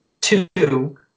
two